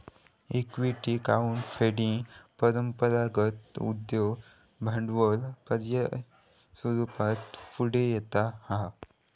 equity crowd funding परंपरागत उद्योग भांडवल पर्याय स्वरूपात पुढे येता हा